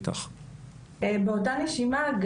באותה נשימה,